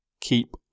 Keep